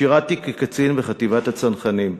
שירתי כקצין בחטיבת הצנחנים,